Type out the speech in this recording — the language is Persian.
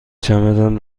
چمدان